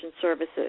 services